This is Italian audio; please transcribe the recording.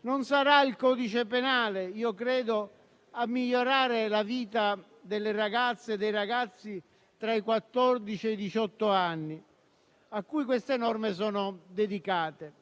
Non sarà il codice penale - credo - a migliorare la vita delle ragazze e dei ragazzi tra i quattordici e i diciotto anni, a cui le norme in esame sono dedicate.